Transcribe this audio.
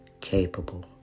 capable